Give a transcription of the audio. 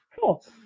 cool